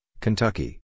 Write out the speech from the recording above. Kentucky